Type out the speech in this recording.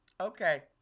Okay